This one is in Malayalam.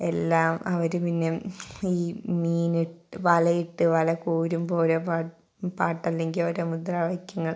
എല്ലാം അവർ പിന്നെ ഈ മീനിട്ട് വലയിട്ട് വല കോരുമ്പോൾ ഓരോ പാട്ട് അല്ലെങ്കിൽ ഓരോ മുദ്രാവാക്ക്യങ്ങൾ